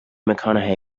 mcconaughey